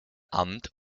amt